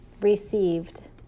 Received